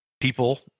people